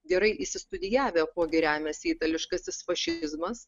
gerai išsistudijavę kuo gi remiasi itališkasis fašizmas